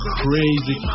crazy